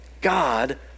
God